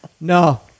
No